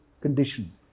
condition